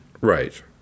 Right